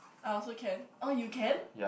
I also can oh you can